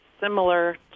similar